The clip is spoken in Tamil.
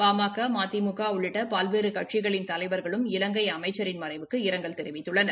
பாமக மதிமுக உள்ளிட்ட பல்வேறு கட்சிகளின் தலைவா்களும் இவங்கை அமைச்சின் மறைவுக்கு இரங்கல் தெரிவித்துள்ளனர்